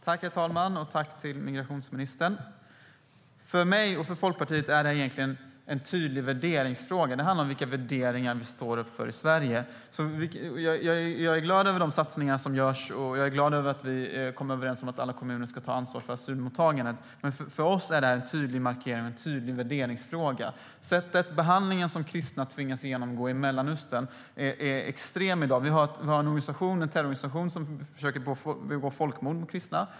Herr talman! Tack, migrationsministern! För mig och Folkpartiet är det egentligen en tydlig värderingsfråga. Det handlar om vilka värderingar vi står upp för i Sverige. Jag är glad över de satsningar som görs och glad över att vi kommer överens om att alla kommuner ska ta ansvar för asylmottagandet. Men för oss är det en tydlig markering och en tydlig värderingsfråga. Den behandling som kristna tvingas genomgå i Mellanöstern är i dag extrem. Vi har en terrororganisation som försöker begå folkmord på kristna.